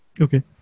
Okay